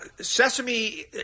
Sesame